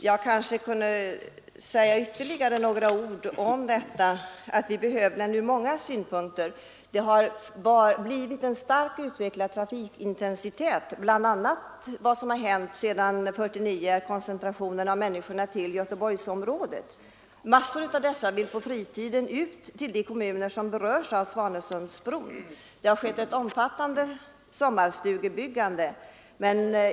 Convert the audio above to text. Jag vill säga ytterligare några ord för att understryka att vi behöver bron ur många synpunkter. Det har blivit en starkt utvecklad trafikintensitet sedan 1949, bl.a. genom koncentrationen av människor till Göteborgsområdet. Mängder av dessa människor vill på fritiden ut till de kommuner som berörs av Svanesundsbron — det har skett ett omfattande sommarstugebyggande.